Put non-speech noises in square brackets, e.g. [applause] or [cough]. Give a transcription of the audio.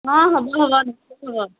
অ হ'ব হ'ব [unintelligible]